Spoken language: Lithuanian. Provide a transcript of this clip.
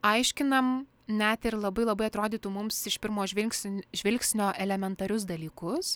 aiškinam net ir labai labai atrodytų mums iš pirmo žvingsn žvilgsnio elementarius dalykus